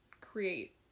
create